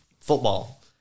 football